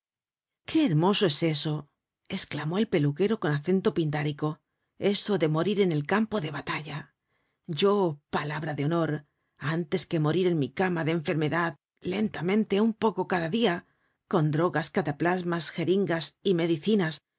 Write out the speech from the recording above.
qué hermoso es eso esclamó el peluquero con acento pindárico eso de morir en el campo de batalla yo palabra de honor antes que morir en mi cama de enfermedad lentamente un poco cada dia con drogas cataplasmas geringas y medicinas